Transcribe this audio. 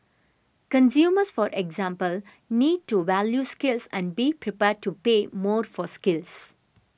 consumers for example need to value skills and be prepared to pay more for skills